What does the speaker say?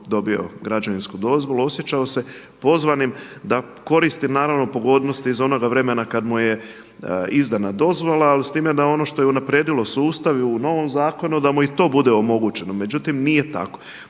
dobio građevinsku dozvolu, osjećao se pozvanim da koristi naravno pogodnosti iz onoga vremena kada mu je izdana dozvola, ali s time da je ono što je unaprijedilo sustav i u novom zakonu da mu i to bude omogućeno, međutim nije tako.